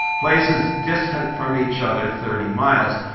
places distant from each other thirty miles.